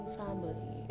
family